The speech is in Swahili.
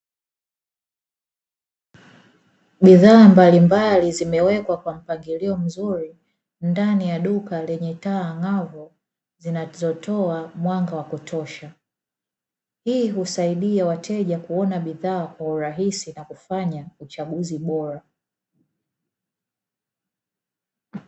Bidhaa mbalimbali zimewekwa kwa mpangilio mzuri ndani ya duka lenye taa ang'avu, zinazotoa mwanga wa kutosha. Hii husaidia wateja kuona bidhaa kwa urahisi na kufanya uchaguzi bora.